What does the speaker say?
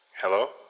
Hello